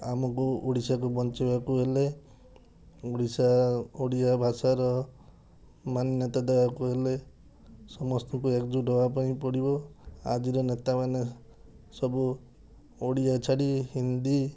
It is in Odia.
ଆମକୁ ଓଡ଼ିଶାକୁ ବଞ୍ଚାଇବାକୁ ହେଲେ ଓଡ଼ିଶା ଓଡ଼ିଆ ଭାଷାର ମାନ୍ୟତା ଦେବାକୁ ହେଲେ ସମସ୍ତଙ୍କୁ ଏକଜୁଟ ହେବାପାଇଁ ପଡ଼ିବ ଆଜିର ନେତାମାନେ ସବୁ ଓଡ଼ିଆ ଛାଡ଼ି ହିନ୍ଦୀ